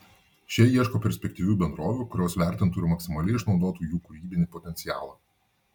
šie ieško perspektyvių bendrovių kurios vertintų ir maksimaliai išnaudotų jų kūrybinį potencialą